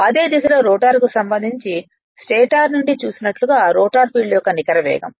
అదే దిశలో రోటర్కు సంబంధించి స్టేటర్ నుండి చూసినట్లుగా రోటర్ ఫీల్డ్ యొక్క నికర వేగం